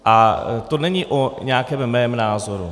A to není o nějakém mém názoru.